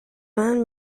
vingt